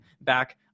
back